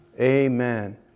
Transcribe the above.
Amen